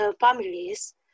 families